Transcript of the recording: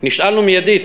נשאלנו מיידית,